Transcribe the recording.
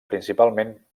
principalment